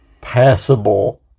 passable